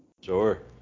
Sure